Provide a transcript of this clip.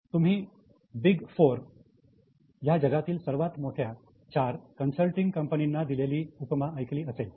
तुम्ही 'big four' ह्या जगातील सर्वात मोठ्या चार कन्सल्टिंग कंपनींना दिलेली उपमा ऐकली असेल